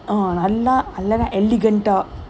ah ah lah elegant ah